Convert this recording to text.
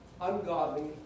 ungodly